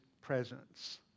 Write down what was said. presence